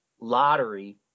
lottery